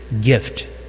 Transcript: gift